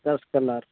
दस कलर